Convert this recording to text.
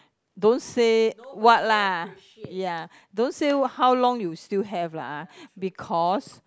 don't say what lah ya don't say how long you still have lah because